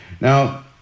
Now